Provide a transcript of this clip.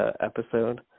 Episode